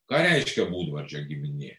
ką reiškia būdvardžio giminė